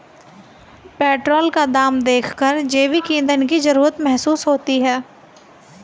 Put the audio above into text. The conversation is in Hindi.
पेट्रोल का दाम देखकर जैविक ईंधन की जरूरत महसूस होती है